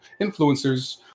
influencers